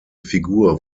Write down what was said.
figur